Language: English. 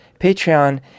Patreon